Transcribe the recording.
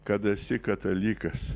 kad esi katalikas